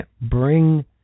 bring